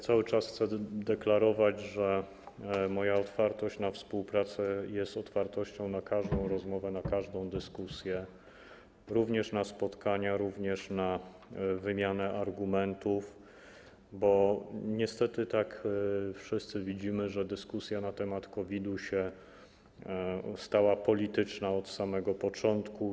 Cały czas chcę deklarować, że moja otwartość na współpracę jest otwartością na każdą rozmowę, na każdą dyskusję, również na spotkania, na wymianę argumentów - bo niestety wszyscy widzimy, że dyskusja na temat COVID-u jest polityczna od samego początku.